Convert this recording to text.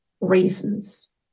reasons